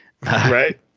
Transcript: Right